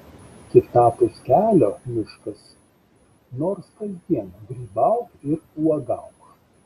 kitapus kelio miškas nors kasdien grybauk ir uogauk